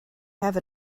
have